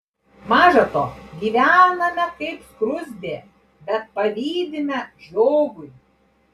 maža to gyvename kaip skruzdė bet pavydime žiogui